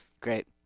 Great